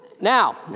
Now